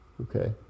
Okay